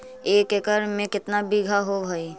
एक एकड़ में केतना बिघा होब हइ?